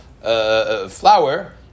flour